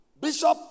Bishop